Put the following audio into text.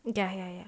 ya ya ya